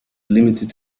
limited